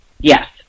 Yes